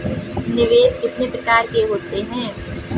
निवेश कितने प्रकार के होते हैं?